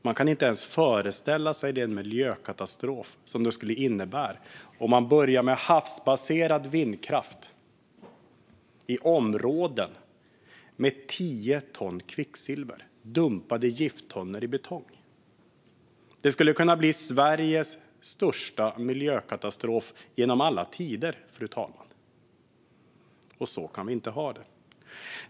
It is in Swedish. Man kan inte ens föreställa sig den miljökatastrof som det skulle innebära om man börjar uppföra havsbaserad vindkraft i områden där det finns tio ton kvicksilver i dumpade gifttunnor av betong. Det skulle kunna bli Sveriges största miljökatastrof genom alla tider, fru talman. Så kan vi inte ha det.